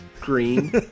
green